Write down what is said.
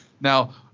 Now